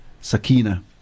Sakina